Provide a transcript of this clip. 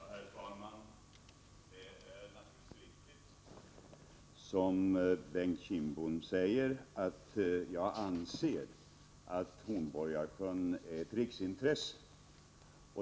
Herr talman! Det är naturligtvis riktigt, som Bengt Kindbom säger, att jag anser att Hornborgasjön är ett riksintresse.